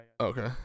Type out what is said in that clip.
Okay